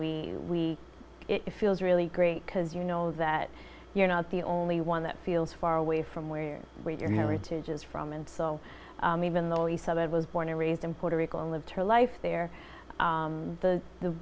we we it feels really great because you know that you're not the only one that feels far away from where your heritage is from and so even though he said i was born and raised in puerto rico and lived her life there the the the